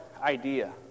idea